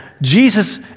Jesus